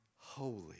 holy